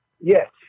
Yes